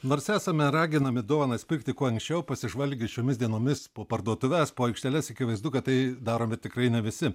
nors esame raginami dovanas pirkti kuo anksčiau pasižvalgius šiomis dienomis po parduotuves po aikšteles akivaizdu kad tai darome tikrai ne visi